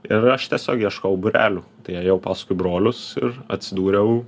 ir aš tiesiog ieškojau būrelių ėjau paskui brolius ir atsidūriau